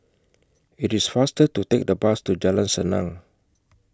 IT IS faster to Take The Bus to Jalan Senang